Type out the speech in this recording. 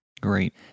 Great